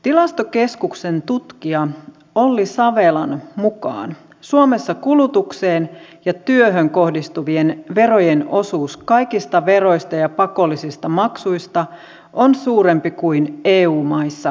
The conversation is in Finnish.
tilastokeskuksen tutkija olli savelan mukaan suomessa kulutukseen ja työhön kohdistuvien verojen osuus kaikista veroista ja pakollisista maksuista on suurempi kuin eu maissa keskimäärin